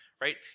Right